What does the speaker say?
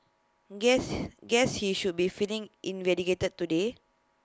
guess guess he should be feeling vindicated today